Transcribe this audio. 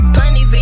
Plenty